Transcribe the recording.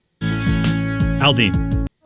Aldean